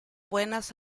buenas